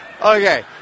Okay